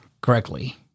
correctly